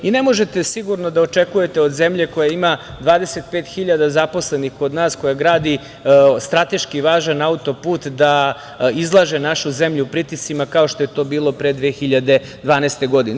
Ne možete sigurno da očekujete od zemlje koja ima 25.000 zaposlenih kod nas, koja gradi strateški važan autoput, da izlaže našu zemlju pritiscima kao što je to bilo pre 2012. godine.